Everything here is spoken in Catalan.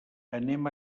anem